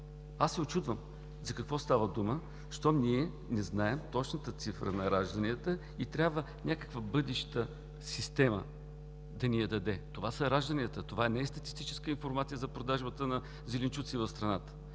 375. Учудвам се за какво става дума, щом не знаем точната цифра на ражданията и трябва някаква бъдеща система да ни я даде. Това са ражданията, това не е статистическа информация за продажбата на зеленчуци в страната!